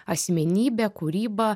asmenybė kūryba